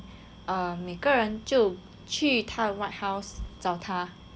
err 每个人就去他的 white house 找他